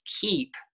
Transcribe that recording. keep